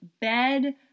bed